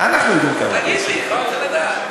אנחנו יודעים כמה כסף.